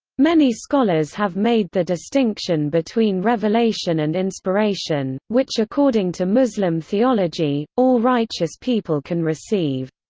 many scholars have made the distinction between revelation and inspiration, which according to muslim theology, all righteous people can receive.